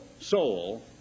soul